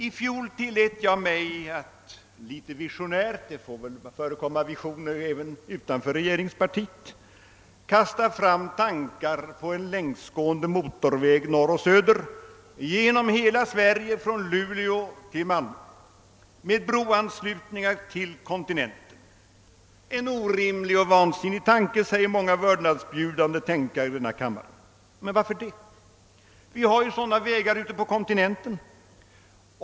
I fjol tillät jag mig att litet visionärt — det får väl förekomma visioner även utanför regeringspartiet — kasta fram tankar på en längsgående motorväg norr—söder genom hela Sverige från Luleå till Malmö med broanslutningar till kontinenten. En orimlig och vansinnig tanke, säger många vördnadsbjudande tänkare i denna kammare. Men varför det? Vi har ju sådana vägar ute på kontinenten.